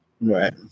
Right